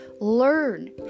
Learn